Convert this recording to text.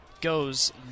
goes